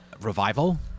revival